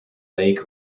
lake